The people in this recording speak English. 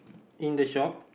in the shop